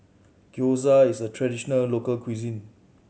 Gyoza is a traditional local cuisine